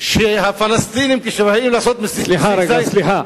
שהפלסטינים, כשהם באים לעשות, סליחה רגע.